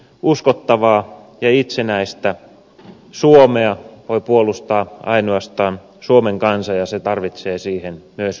uskottavaa ja itsenäistä suomea voi puolustaa ainoastaan suomen kansa ja se tarvitsee siihen myös riittävät resurssit